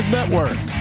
Network